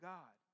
God